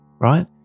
Right